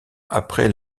après